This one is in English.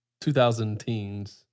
2010s